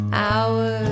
hours